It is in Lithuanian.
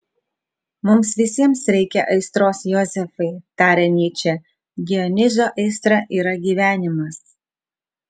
mums visiems reikia aistros jozefai tarė nyčė dionizo aistra yra gyvenimas